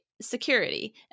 security